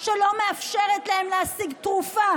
שלא מאפשרת להם להשיג תרופה,